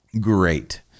Great